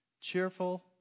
cheerful